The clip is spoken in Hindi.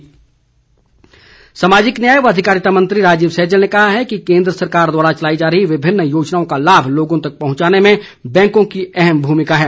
सहजल सामाजिक न्याय व अधिकारिता मंत्री राजीव सहजल ने कहा है कि केन्द्र सरकार द्वारा चलाई जा रही विभिन्न योजनाओं का लाभ लोगों तक पहुंचाने में बैंकों की अहम भूमिका है